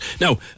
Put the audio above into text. now